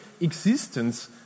existence